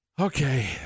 Okay